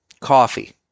Coffee